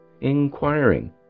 inquiring